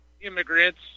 immigrants